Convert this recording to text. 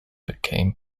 became